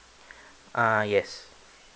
ah yes